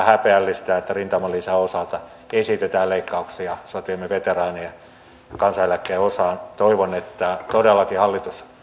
häpeällistä että rintamalisän osalta esitetään leikkauksia sotiemme veteraanien kansaneläkkeen osaan toivon että todellakin hallitus